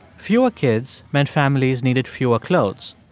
fewer kids meant families needed fewer clothes.